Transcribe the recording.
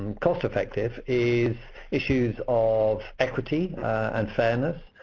and cost-effective is issues of equity and fairness.